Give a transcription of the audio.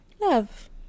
Love